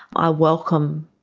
i welcome